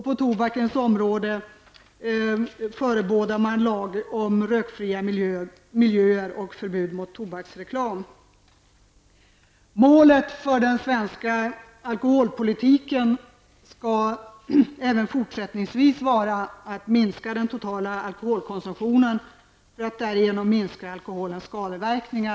På tobakens område förebådar man en lag om rökfria miljöer och förbud mot tobaksreklam. Målet för den svenska alkoholpolitiken skall även fortsättningsvis vara att minska den totala alkoholkonsumtionen för att därigenom minska alkoholens skadeverkningar.